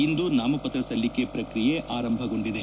ಇಂದು ನಾಮಪತ್ರ ಸಲ್ಲಿಕೆ ಪ್ರಕ್ರಿಯೆ ಆರಂಭಗೊಂಡಿದೆ